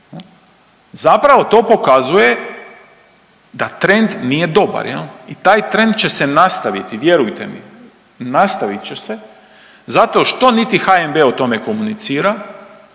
Zapravo to pokazuje da trend nije dobar i taj trend će se nastaviti, vjerujte mi, nastavit će se zato što niti HNB o tome komunicira,